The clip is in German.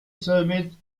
somit